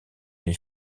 les